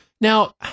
Now